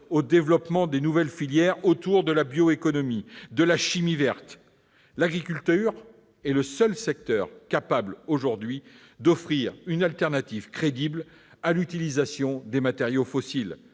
au développement de nouvelles filières autour de la bioéconomie et de la chimie verte. L'agriculture est le seul secteur capable d'offrir aujourd'hui une alternative crédible à l'utilisation des matériaux fossiles.